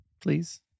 Please